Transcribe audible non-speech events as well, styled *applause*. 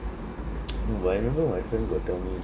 *noise* but I remember my friend got tell me